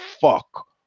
fuck